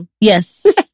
Yes